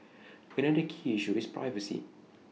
another key issue is privacy